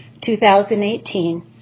2018